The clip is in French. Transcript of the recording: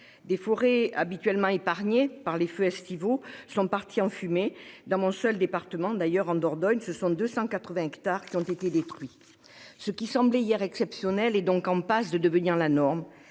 Des forêts habituellement épargnées par les feux estivaux sont parties en fumée. Dans mon seul département, la Dordogne, ce sont deux cent quatre-vingts hectares qui ont été détruits. Ce qui semblait hier exceptionnel est donc en passe de devenir la norme.